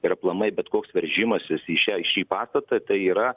ir aplamai bet koks veržimasis į šią į šį pastatą tai yra